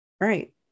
right